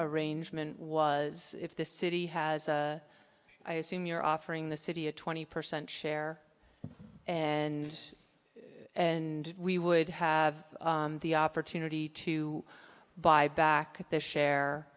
arrangement was if the city has i assume you're offering the city a twenty percent share and and we would have the opportunity to buy back the share